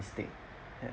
is dead ya